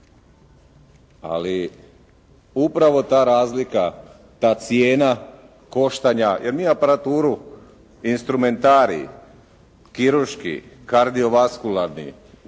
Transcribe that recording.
ali upravo ta razlika, ta cijena koštanja jer mi aparaturu i instrumentarij kirurški, kardiovaskularni,